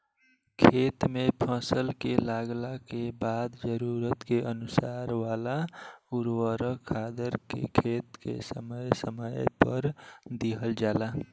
खेत में फसल के लागला के बाद जरूरत के अनुसार वाला उर्वरक खादर खेत में समय समय पर दिहल जाला